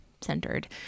centered